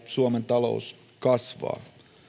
suomen talous kasvaa